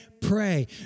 pray